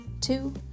Two